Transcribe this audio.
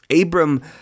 Abram